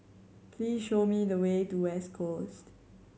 please show me the way to West Coast